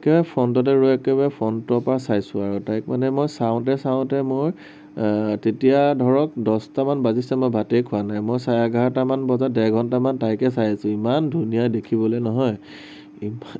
একেবাৰে ফ্ৰন্টতে বহি একেবাৰে ফ্ৰন্টৰ পৰা চাইছো আৰু তাইক মানে মই চাওঁতে চাওঁতে মই তেতিয়া ধৰক দচটামান বাজিছে মই ভাতেই খোৱা নাই মই চাৰে এঘাৰটামান বজাত ডেৰ ঘন্টামান তাইকেই চাইছো ইমান ধুনীয়া দেখিবলৈ নহয় ইমান